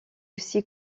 aussi